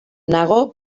nago